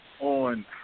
on